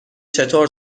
چطور